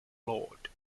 lord